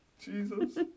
Jesus